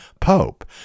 Pope